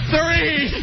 Three